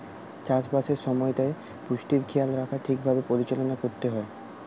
চাষ বাসের সময়তে পুষ্টির খেয়াল রাখা ঠিক ভাবে পরিচালনা করতে হয়